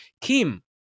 Kim